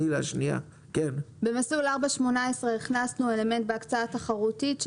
במסלול 4.18 הכנסנו אלמנט בהקצאה תחרותית,